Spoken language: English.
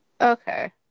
Okay